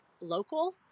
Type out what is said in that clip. local